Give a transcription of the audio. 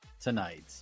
tonight